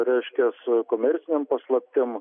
reiškia su komercinėm paslaptim